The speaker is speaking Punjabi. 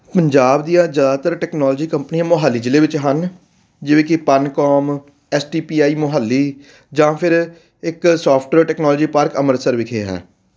ਪੰਜਾਬ ਦੀਆਂ ਜ਼ਿਆਦਾਤਰ ਟੈਕਨੋਲੋਜੀ ਕੰਪਨੀਆਂ ਮੋਹਾਲੀ ਜ਼ਿਲ੍ਹੇ ਵਿੱਚ ਹਨ ਜਿਵੇਂ ਕਿ Puncom S T P I Mohali ਜਾਂ ਫਿਰ ਇੱਕ ਸੋਫਟਵੇਰ ਟੈਕਨੋਲੋਜੀ ਪਾਰਕ ਅੰਮ੍ਰਿਤਸਰ ਵਿਖੇ ਹੈ